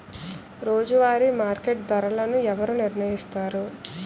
రోజువారి మార్కెట్ ధరలను ఎవరు నిర్ణయిస్తారు?